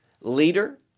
leader